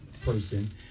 person